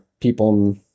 people